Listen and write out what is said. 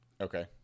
okay